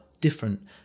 different